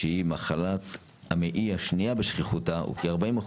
שהיא מחלת המעי השנייה בשכיחותה וכ-40%